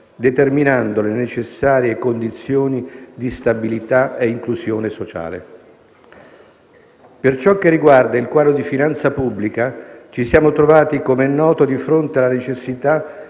determinando le necessarie condizioni di stabilità e inclusione sociale. Per ciò che riguarda il quadro di finanza pubblica, ci siamo trovati, com'è noto, di fronte alla necessità